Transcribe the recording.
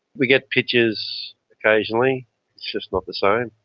we get pictures occasionally. it's just not the same.